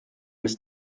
ist